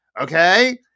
Okay